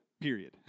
Period